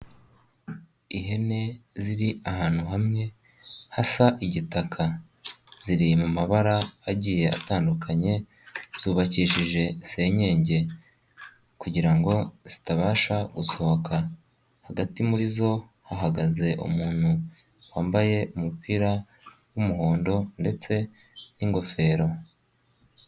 Ihene ziri ahantu hamwe hasa igitaka, ziri mu mabara agiye atandukanye, zubakishije senyenge kugira ngo zitabasha gusohoka, hagati muri zo hahagaze umuntu wambaye umupira w'umuhondo ndetse n'ingofero.